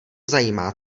zajímá